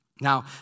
Now